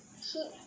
so